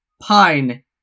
Pine